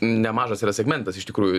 nemažas yra segmentas iš tikrųjų